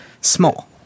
small